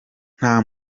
nta